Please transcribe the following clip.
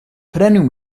prenu